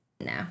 No